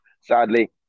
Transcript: sadly